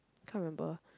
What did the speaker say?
can't remember